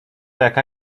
jaka